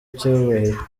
cyubahiro